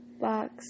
box